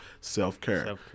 self-care